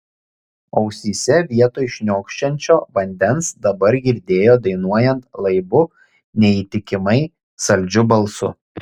ausyse vietoj šniokščiančio vandens dabar girdėjo dainuojant laibu neįtikimai saldžiu balsu